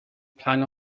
plan